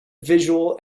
visual